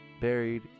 buried